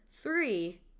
three